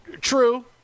True